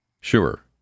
Sure